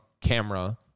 camera